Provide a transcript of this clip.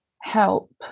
help